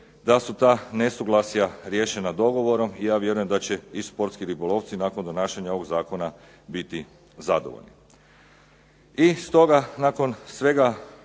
da su ta nesuglasja riješena dogovorom i ja vjerujem da će i športski ribolovci nakon donašanja ovog zakona biti zadovoljni. I stoga nakon svega